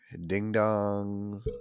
ding-dongs